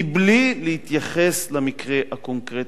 בלי להתייחס למקרה הקונקרטי,